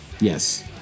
Yes